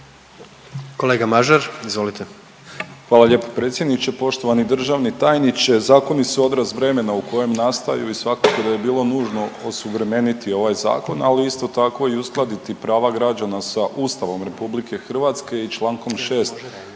**Mažar, Nikola (HDZ)** Hvala lijepo predsjedniče. Poštovani državni tajniče, zakoni su odraz vremena u kojem nastaju i svakako da je bilo nužno osuvremeniti ovaj zakon, ali isto tako i uskladiti prava građana sa Ustavom RH i Člankom 5.